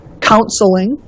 counseling